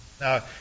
Now